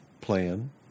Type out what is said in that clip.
plan